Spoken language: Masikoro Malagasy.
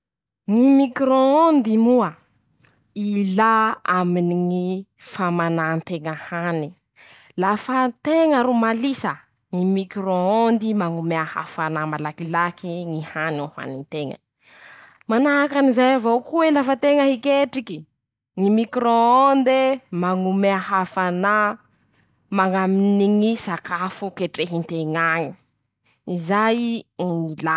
Ñy micro-ondes moa: -Ilà aminy ñy famanan-teña hany. lafa teña ro malisa. ñy micro-ondy mañomea hafanà malakilaky ñy hany ho hanin-teña; manahaky anizay avao koa ey lafa teña hiketriky, ñy micro-onde mañomea hafanà mañaminy ñy sakafo ketrehin-teña añy ,zay ñy ilà ñ'azy.